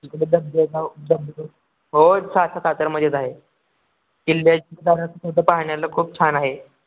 तिथं धब धबधबा धबधब हो साताऱ्यामध्येच आहे किल्ला पाहण्याला खूप छान आहे